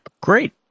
great